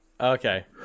Okay